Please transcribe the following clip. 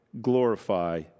glorify